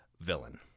villain